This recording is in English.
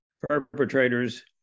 perpetrators